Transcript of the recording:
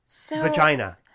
vagina